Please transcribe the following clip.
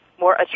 more